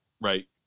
Right